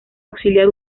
auxiliar